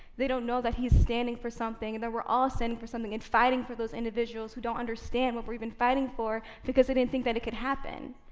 they don't know that he's standing for something, and that we're all standing for something and fighting for those individuals who don't understand what we're even fighting for, because they didn't think that it could happen.